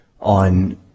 on